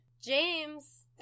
James